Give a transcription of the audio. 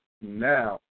now